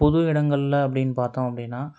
பொது இடங்களில் அப்படினு பார்த்தோம் அப்படினா